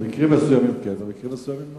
במקרים מסוימים כן, במקרים מסוימים לא.